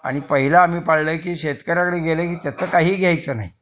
आणि पहिलं आम्ही पाळलं आहे की शेतकऱ्याकडे गेलं की त्याचं काही घ्यायचं नाही